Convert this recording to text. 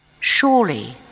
Surely